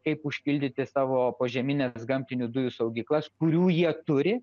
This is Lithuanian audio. kaip užpildyti savo požemines gamtinių dujų saugyklas kurių jie turi